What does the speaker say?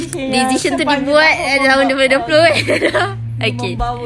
decision itu dibuat eh dalam dua puluh dua puluh lah okay